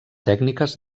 tècniques